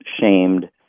shamed